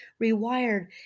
rewired